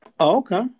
okay